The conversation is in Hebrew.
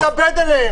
מתאבד עליהם.